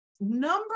Number